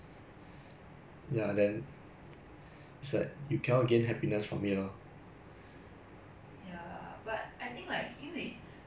ya but I think like 因为你有钱 then 你 you won't understand like err what it is like to be in poverty lah but